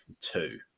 two